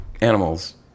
animals